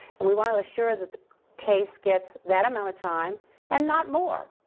and we want to assure that the case gets that amount of time and not more.